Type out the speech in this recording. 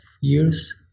years